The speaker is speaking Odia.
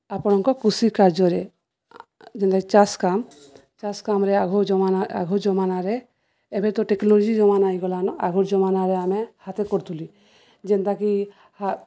ଆପଣଙ୍କ କୃଷି କାର୍ଯ୍ୟରେ ଯେନ୍ତାକି ଚାଷ କାମ ଚାଷ କାମରେ ଆଘ ଜ ଆଘ ଜମାନାରେ ଏବେ ତ ଟେକ୍ନୋଲୋଜି ଜମାନା ହେଇଗଲାନ ଆଘର୍ ଜମାନାରେ ଆମେ ହାତେର୍ କରୁଥିଲୁ ଯେନ୍ତାକି